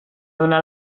donar